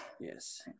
Yes